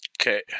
Okay